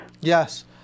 Yes